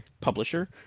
publisher